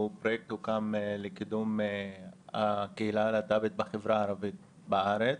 הפרויקט הוקם לקידום הקהילה הלהט"בית בחברה הערבית בארץ,